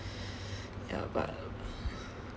ya but